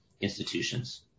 institutions